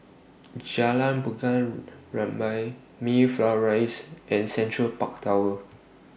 Jalan Bunga Rampai Mayflower Rise and Central Park Tower